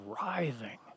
writhing